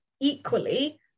equally